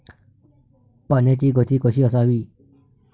पाण्याची गती कशी असावी?